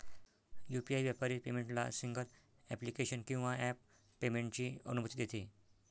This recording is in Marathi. यू.पी.आई व्यापारी पेमेंटला सिंगल ॲप्लिकेशन किंवा ॲप पेमेंटची अनुमती देते